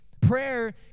Prayer